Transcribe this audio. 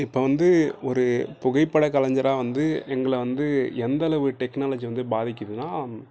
இப்போ வந்து ஒரு புகைப்பட கலைஞராக வந்து எங்களை வந்து எந்த அளவு டெக்னாலஜி வந்து பாதிக்கிறதுனா